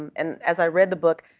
and as i read the book,